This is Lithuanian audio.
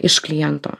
iš kliento